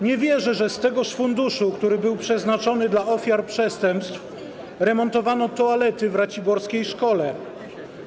Nie wierzę, że z tegoż funduszu, który był przeznaczony dla ofiar przestępstw, remontowano toalety w raciborskiej szkole.